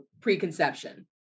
preconception